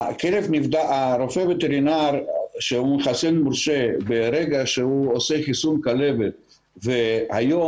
הרופא הווטרינר שהוא מחסן מורשה ברגע שהוא עושה חיסון כלבת והיום,